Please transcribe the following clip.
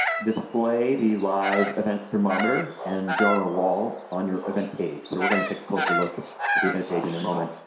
display the live event thermometer and donor wall on your event page. so we're gonna take a closer look at the event page in a moment,